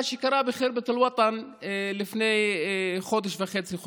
מה שקרה בח'רבת אל-וטן לפני חודש וחצי,